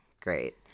Great